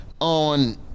on